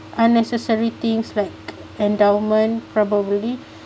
unnecessary things like endowment probably